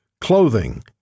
clothing